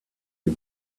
you